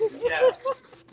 Yes